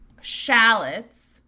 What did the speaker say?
shallots